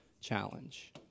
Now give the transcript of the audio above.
challenge